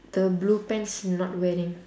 the blue pants not wearing